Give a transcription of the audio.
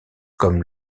comme